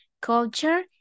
culture